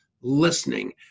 listening